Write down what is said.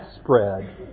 spread